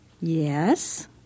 Yes